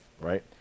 right